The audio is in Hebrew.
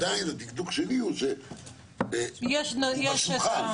הדקדוק שלי הוא שהוא בשולחן ,